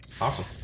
awesome